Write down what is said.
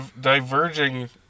diverging